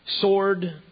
sword